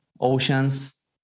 oceans